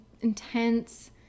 intense